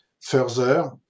further